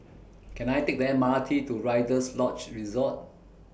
Can I Take The M R T to Rider's Lodge Resort